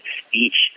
speech